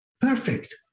perfect